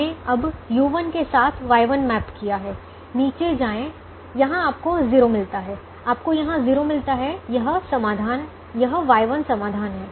हमने अब U1 के साथ Y1 मैप किया है नीचे जाएं यहां आपको 0 मिलता है आपको यहां 0 मिलता है यह Y1 समाधान है